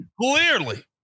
Clearly